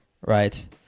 right